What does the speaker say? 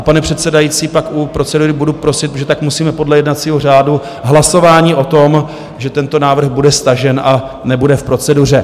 Pane předsedající, pak u procedury budu prosit, protože tak musíme podle jednacího řádu, hlasovat o tom, že tento návrh bude stažen a nebude v proceduře.